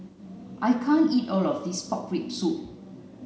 I can't eat all of this pork rib soup